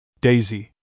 Daisy